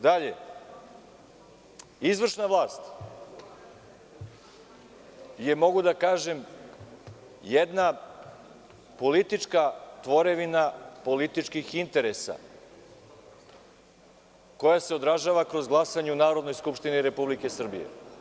Dalje, izvršna vlast je, mogu da kažem, jedna politička tvorevina političkih interesa koja se održava kroz glasanje u Narodnoj skupštini Republike Srbije.